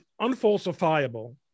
unfalsifiable